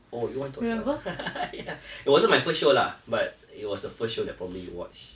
oh you went to watch that [one] ah ya it wasn't my first show lah but it was the first show that probably you watch